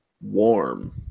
warm